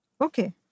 Okay